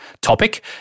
Topic